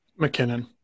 McKinnon